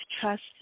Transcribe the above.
trust